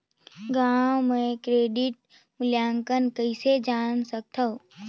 गांव म क्रेडिट मूल्यांकन कइसे जान सकथव?